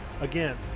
again